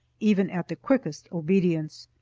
even at the quickest obedience.